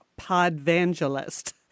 podvangelist